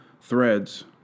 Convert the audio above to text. threads